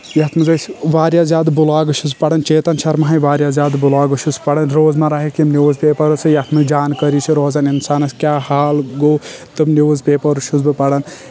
یتھ منٛز ٲسۍ واریاہ زیادٕ بُلاگس چھس پران چیتن شرما ہنٛدۍ واریاہ زیادٕ بُلاگس چھُس پران روز مرہ ہٕکۍ یِم نِوز پیپٲرس یتھ منٛز جانکٲری چھِ روزان انسانس کیاہ حال گوٚو تِم نِوز پیپٲرس چھُس بہٕ پران